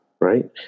right